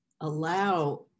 allow